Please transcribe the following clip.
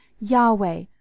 Yahweh